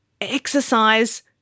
exercise